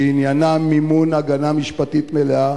שעניינה מימון הגנה משפטית מלאה